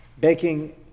Baking